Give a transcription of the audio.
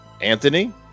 Anthony